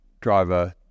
driver